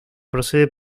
procede